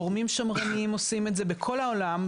גורמים שמרניים עושים את זה בכל העולם,